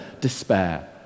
despair